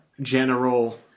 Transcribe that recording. general